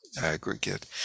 aggregate